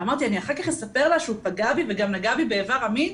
ואמרתי אחר כך אספר לה שהוא פגע בי וגם נגע בי באיבר המין?